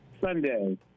Sunday